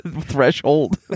threshold